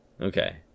Okay